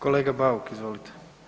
Kolega Bauk, izvolite.